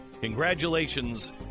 Congratulations